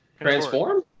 Transform